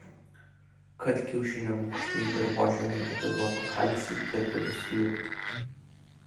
kad kiaušinio lukštai dirvožemiui atiduotų kalcį jie turi suirti